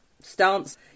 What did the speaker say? stance